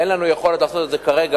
אין לנו יכולת לעשות את זה כרגע,